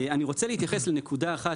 אני רוצה להתייחס לנקודה אחת,